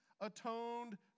atoned